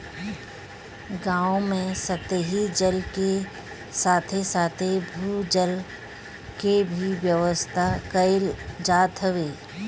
गांव में सतही जल के साथे साथे भू जल के भी व्यवस्था कईल जात हवे